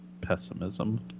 Pessimism